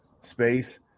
Space